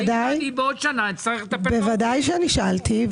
בוודאי ששאלתי.